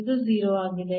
ಇದು 0 ಆಗಿದೆ